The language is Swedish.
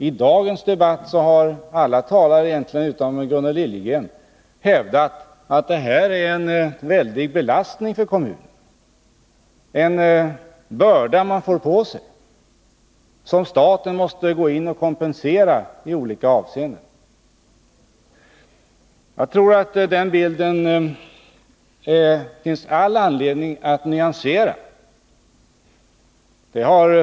I dagens debatt har alla talare utom Gunnel Liljegren hävdat att de utgör en väldig belastning för kommunen, en börda som kommunen får på sig och som staten måste gå in och kompensera i olika avseenden. Jag tror att det finns all anledning att nyansera den bilden.